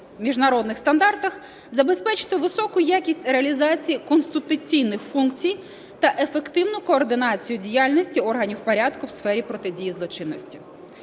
міжнародних стандартах, забезпечити високу якість реалізації конституційних функцій та ефективну координацію діяльності органів порядку в сфері протидії злочинності.